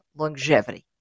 longevity